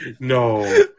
no